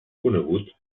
conegut